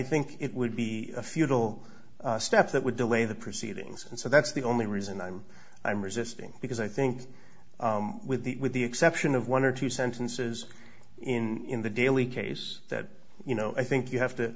think it would be a futile step that would delay the proceedings and so that's the only reason i'm i'm resisting because i think with the with the exception of one or two sentences in the daily case that you know i think you have to